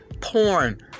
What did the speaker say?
porn